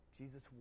Jesus